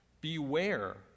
Beware